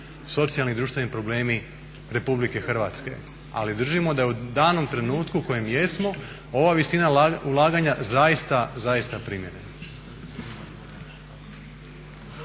socijalni i društveni problemi RH. Ali držimo da je u danom trenutku u kojem jesmo ova visina ulaganja zaista, zaista primjerena.